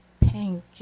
pink